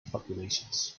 populations